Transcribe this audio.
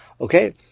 Okay